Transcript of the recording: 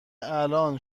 الان